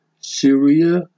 Syria